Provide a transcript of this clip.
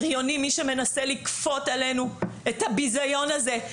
בריונים מי שמנסה לכפות עלינו את הביזיון הזה,